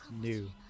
new